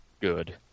good